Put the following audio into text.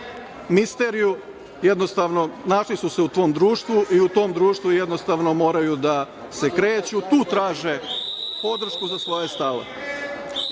misteriju. Jednostavno, našli su se u tom društvu i u tom društvu jednostavno moraju da se kreću. Tu traže podršku za svoje